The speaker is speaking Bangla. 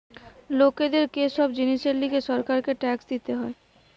লোকদের কে সব জিনিসের লিগে সরকারকে ট্যাক্স দিতে হয়